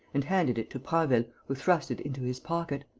and handed it to prasville, who thrust it into his pocket.